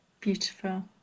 beautiful